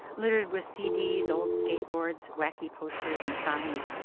littered with cds old skateboards, wacky posters and signs,